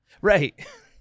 Right